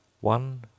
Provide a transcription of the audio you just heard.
One